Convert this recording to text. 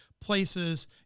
places